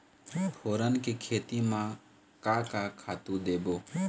फोरन के खेती म का का खातू देबो?